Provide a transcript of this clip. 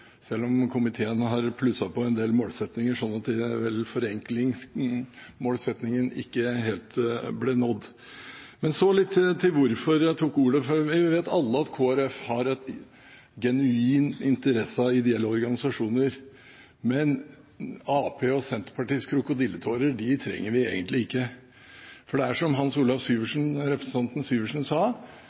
selv om komiteen har plusset på en del målsettinger slik at forenklingsmålsettingen ikke helt ble nådd. Men så litt til hvorfor jeg tok ordet: Vi vet alle at Kristelig Folkeparti har en genuin interesse av ideelle organisasjoner, men Arbeiderpartiets og Senterpartiets krokodilletårer trenger vi egentlig ikke, for det er som representanten Hans Olav Syversen sa: